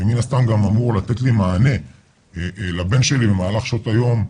ומן הסתם אמור לתת לי מענה לבן שלי במהלך שעות היום,